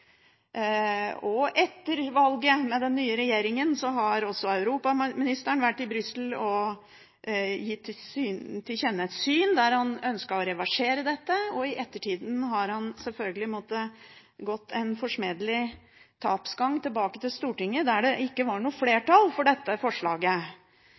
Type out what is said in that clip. Etter valget, med den nye regjeringen, har også europaministeren vært i Brussel og gitt til kjenne et syn der han ønsket å reversere dette, og i ettertid har han selvfølgelig måttet gå en forsmedelig tapsgang tilbake til Stortinget, der det ikke var noe